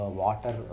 water